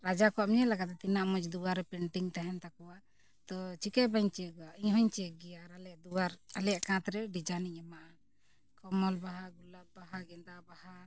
ᱨᱟᱡᱟ ᱠᱚᱣᱟᱜ ᱮᱢ ᱧᱮᱞ ᱠᱟᱫᱟ ᱛᱤᱱᱟᱹᱜ ᱢᱚᱡᱽ ᱫᱩᱣᱟᱹᱨ ᱨᱮ ᱯᱮᱱᱴᱤᱝ ᱛᱟᱦᱮᱱ ᱛᱟᱠᱚᱣᱟ ᱛᱚ ᱪᱤᱠᱟᱹ ᱵᱟᱹᱧ ᱪᱮᱠᱼᱟ ᱤᱧ ᱦᱚᱸᱧ ᱪᱮᱠ ᱜᱮᱭᱟ ᱟᱨ ᱟᱞᱮᱭᱟᱜ ᱫᱩᱣᱟᱹᱨ ᱟᱞᱮᱭᱟᱜ ᱠᱟᱸᱛ ᱨᱮ ᱰᱤᱡᱟᱭᱤᱱᱤᱧ ᱮᱢᱟᱜᱼᱟ ᱠᱚᱢᱚᱞ ᱵᱟᱦᱟ ᱜᱩᱞᱟᱯ ᱵᱟᱦᱟ ᱜᱮᱸᱫᱟ ᱵᱟᱦᱟ